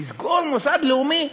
לסגור מוסד לאומי?